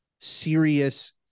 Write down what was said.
serious